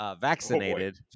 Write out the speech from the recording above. vaccinated